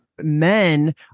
men